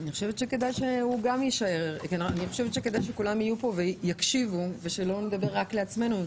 אני חושבת שכדאי שכולם יהיו כאן ויקשיבו כדי שלא נדבר רק לעצמנו.